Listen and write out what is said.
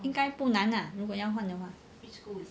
应该不难 lah 如果要换的话